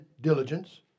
diligence